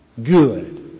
Good